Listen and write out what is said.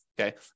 okay